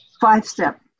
Five-step